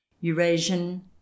Eurasian